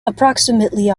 approximately